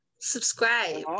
subscribe